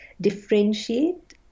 differentiate